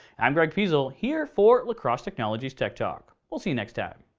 i'm greg pizl here for la crosse technology's tech talk, we'll see you next time.